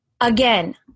again